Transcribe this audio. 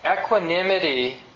equanimity